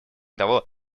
того